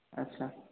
ଆଚ୍ଛା